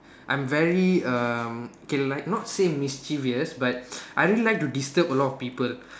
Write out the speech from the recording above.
I'm very um okay like not say mischievous but I really like to disturb a lot of people